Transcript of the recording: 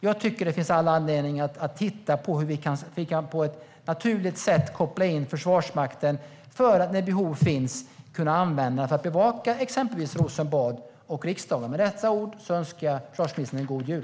Jag tycker att det finns all anledning att titta på hur vi på ett naturligt sätt kan koppla in Försvarsmakten för att när behov finns kunna använda den till att bevaka exempelvis Rosenbad och riksdagen. Med dessa ord önskar jag försvarsministern en god jul.